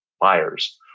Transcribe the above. buyers